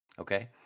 Okay